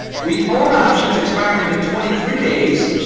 we own options expiring in twenty three days,